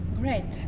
Great